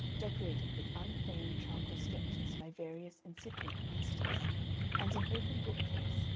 decorated with unframed charcoal sketches by various incipient masters and an open bookcase,